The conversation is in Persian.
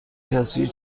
تصویر